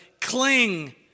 cling